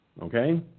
Okay